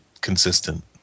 consistent